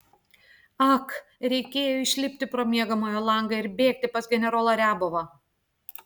ak reikėjo išlipti pro miegamojo langą ir bėgti pas generolą riabovą